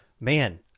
man